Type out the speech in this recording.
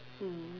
mm